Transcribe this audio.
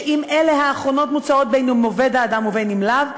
שאם אלה האחרונות מוצאות בין אם עובד האדם ובין אם לאו,